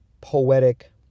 poetic